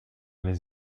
les